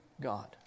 God